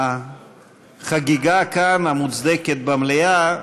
החגיגה המוצדקת כאן במליאה,